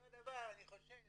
אותו דבר אני חושב